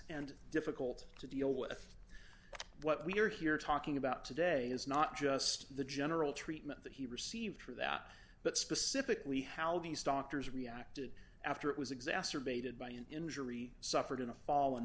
and difficult to deal with what we're here talking about today is not just the general treatment that he received for that but specifically how these doctors reacted after it was exacerbated by an injury suffered in a fall